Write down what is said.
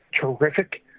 terrific